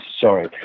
Sorry